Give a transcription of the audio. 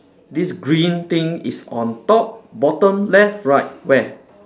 this green thing is on top bottom left right where